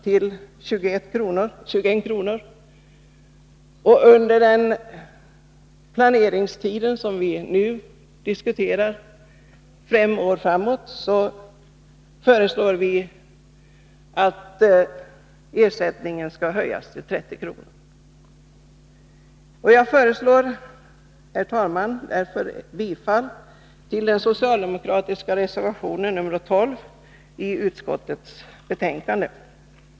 till 21 kr., och under den planeringstid som vi nu diskuterar, fem år framåt, föreslår vi att ersättningen skall höjas till 30 kr. Herr talman! Jag yrkar därför bifall till den socialdemokratiska reservationen nr 12 till utskottets betänkande.